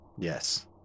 Yes